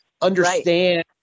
understand